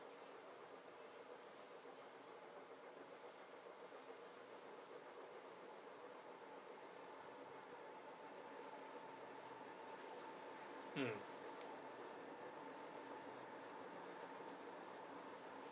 mm